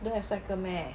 don't have 帅哥 meh